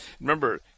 Remember